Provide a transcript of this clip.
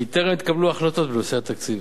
כי טרם התקבלו החלטות בנושא התקציב.